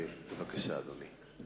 בבקשה, אדוני.